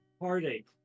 heartache